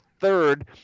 third